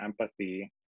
empathy